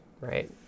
right